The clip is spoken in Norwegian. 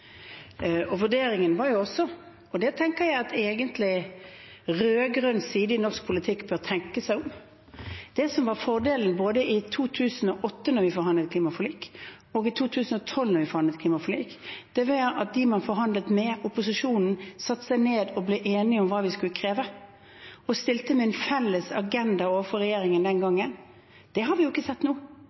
Vurderingen var også, og det tenker jeg egentlig at rød-grønn side i norsk politikk bør tenke over, at det som var fordelen både i 2008 da vi forhandlet om klimaforlik, og i 2012 da vi forhandlet om klimaforlik, var at de man forhandlet med – opposisjonen – satte seg ned og ble enige om hva de skulle kreve, og stilte med en felles agenda overfor regjeringen den gangen. Det har vi ikke sett nå.